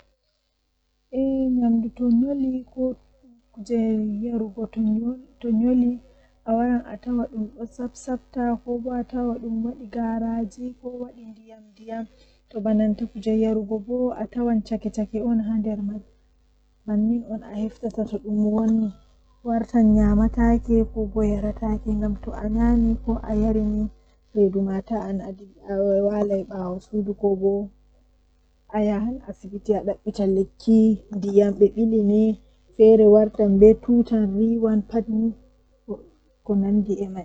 Gimol jei mi burdaa yiduki kanjum woni gimol hiphop rap bedon iyona dum ko wadi midon yidi dum bo ko wani bo dum don wela mi masin nobe yimirta be nobe wolwatagimol man don wela mi masin.